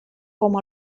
com